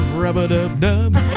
Rub-a-dub-dub